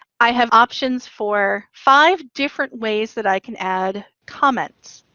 i have options for five different ways that i can add comments.